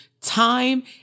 time